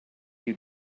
you